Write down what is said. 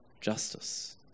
justice